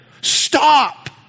Stop